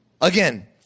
Again